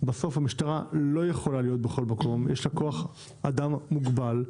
בסוף המשטרה לא יכולה להיות בכל מקום ויש לה כוח אדם מוגבל.